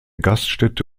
gaststätte